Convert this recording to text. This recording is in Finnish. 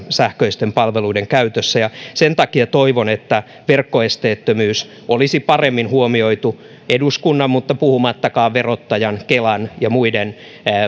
sähköisten palveluiden käytössä sen takia toivon että verkkoesteettömyys olisi paremmin huomioitu eduskunnan verkkosivuilla puhumattakaan verottajan kelan ja muiden